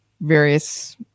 various